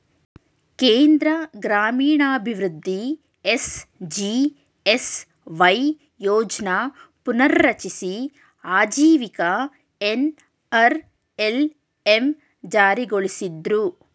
ಕೇಂದ್ರ ಗ್ರಾಮೀಣಾಭಿವೃದ್ಧಿ ಎಸ್.ಜಿ.ಎಸ್.ವೈ ಯೋಜ್ನ ಪುನರ್ರಚಿಸಿ ಆಜೀವಿಕ ಎನ್.ಅರ್.ಎಲ್.ಎಂ ಜಾರಿಗೊಳಿಸಿದ್ರು